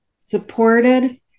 supported